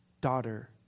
daughter